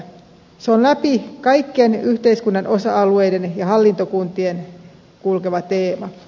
se on läpi kaikkien yhteiskunnan osa alueiden ja hallintokuntien kulkeva teema